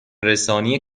رسانی